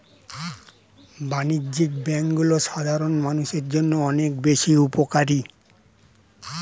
বাণিজ্যিক ব্যাংকগুলো সাধারণ মানুষের জন্য অনেক বেশি উপকারী